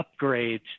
upgrades